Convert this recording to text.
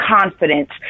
confidence